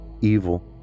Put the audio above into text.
evil